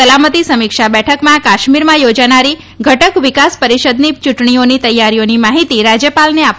સલામતી સમીક્ષા બેઠકમાં કાશ્મીરમાં યોજાનારી ઘટક વિકાસ પરિષદની ચૂંટણીઓની તૈયારીઓની માહિતી રાજ્યપાલને આપવામાં આવી હતી